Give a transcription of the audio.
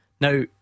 Now